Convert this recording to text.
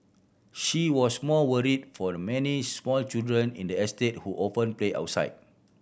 she was more worried for the many small children in the estate who often play outside